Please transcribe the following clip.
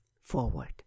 forward